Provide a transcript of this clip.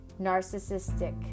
narcissistic